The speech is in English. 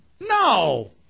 No